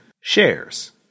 shares